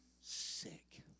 sick